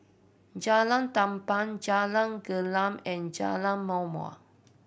Jalan Tamban Jalan Gelam and Jalan Ma'mor